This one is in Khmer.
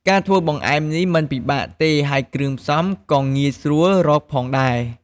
ការធ្វើបង្អែមនេះមិនពិបាកទេ ហើយគ្រឿងផ្សំក៏ងាយស្រួលរកផងដែរ។